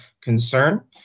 concern